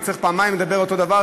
וצריך פעמיים לומר אותו דבר,